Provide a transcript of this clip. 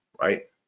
right